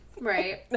Right